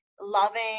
loving